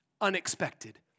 unexpected